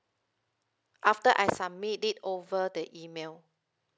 after I submit it over the email